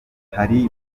hari